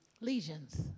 Lesions